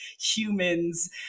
humans